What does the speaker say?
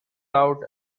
out